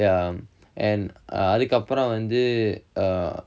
ya um err அதுக்கப்புறம் வந்து:athukkappuram vanthu err